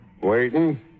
Waiting